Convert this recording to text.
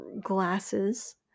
glasses